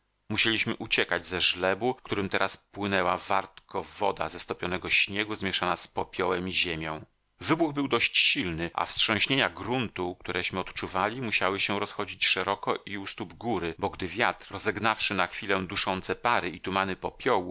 musieliśmy uciekać ze żlebu którym teraz płynęła wartko woda ze stopionego śniegu zmieszana z popiołem i ziemią wybuch był dość silny a wstrząśnienia gruntu któreśmy odczuwali musiały się rozchodzić szeroko i u stóp góry bo gdy wiatr rozegnawszy na chwilę duszące pary i tumany